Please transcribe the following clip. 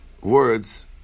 words